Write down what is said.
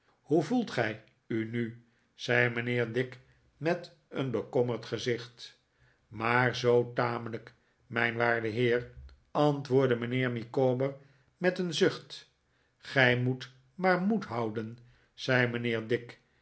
hoe voelt gij u nu zei mijnheer dick met een bekommerd gezicht maar zoo tamelijk mijn waarde heer antwoordde mijnheer micawber met een zucht gij moet maar moed houden zei mijnheer dick